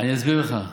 אני אסביר לך.